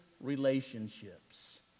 relationships